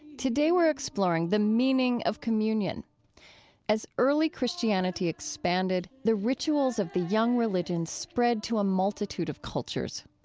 today we're exploring the meaning of communion as early christianity expanded, the rituals of the young religion spread to a multitude of cultures.